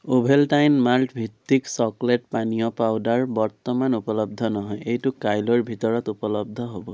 Ovaltine মাল্টভিত্তিক chocolate পানীয় powder বৰ্তমান উপলব্ধ নহয় এইটো কাইলৈৰ ভিতৰত উপলব্ধ হ'ব